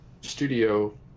studio